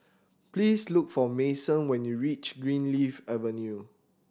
please look for Mason when you reach Greenleaf Avenue